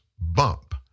Bump